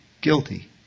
guilty